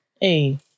Hey